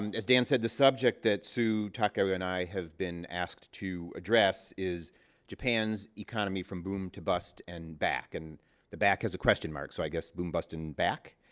um as dan said, the subject that sue, takeo, yeah and i have been asked to address is japan's economy from boom to bust and back. and the back has a question mark. so i guess, boom, bust, and back?